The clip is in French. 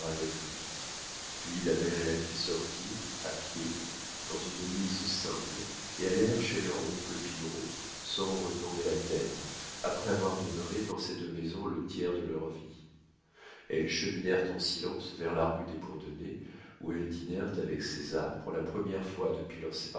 avec lui puis la mère et la fille sortirent à pied dans une mise simple et allèrent chez leur oncle pillerault sans retourner la tête après avoir demeuré dans cette maison le tiers de leur vie elles cheminèrent en silence vers la rue des bourdonnais où elles dînèrent avec césar pour la première fois depuis leur